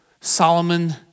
Solomon